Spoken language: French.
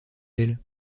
elle